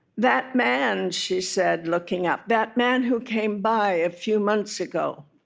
that man she said, looking up. that man who came by a few months ago